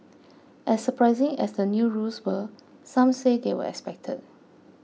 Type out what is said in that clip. as surprising as the new rules were some say they were expected